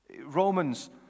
Romans